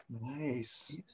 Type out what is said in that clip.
nice